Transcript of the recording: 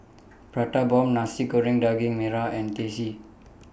Prata Bomb Nasi Goreng Daging Merah and Teh C